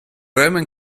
roman